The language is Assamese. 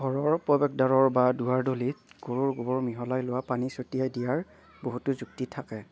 ঘৰৰ প্ৰৱেশদ্বাৰৰ বা দুৱাৰডলিত গৰুৰ গোবৰ মিহলাই লোৱা পানী ছটিয়াই দিয়াৰ বহুতো যুক্তি থাকে